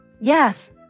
Yes